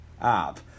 app